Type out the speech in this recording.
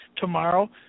tomorrow